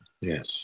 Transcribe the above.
Yes